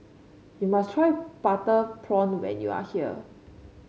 you must try Butter Prawn when you are here